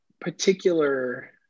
particular